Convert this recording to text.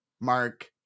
Mark